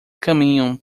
caminham